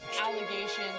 allegations